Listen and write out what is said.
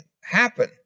happen